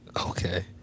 Okay